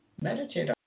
Meditate